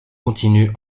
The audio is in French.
continue